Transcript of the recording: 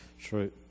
True